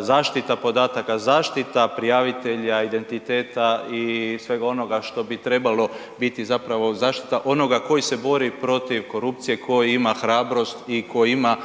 zaštita podataka, zaštita prijavitelja identiteta i svega onoga što bi trebalo biti zapravo zaštita onoga koji se bori protiv korupcije, koji ima hrabrost i koji ima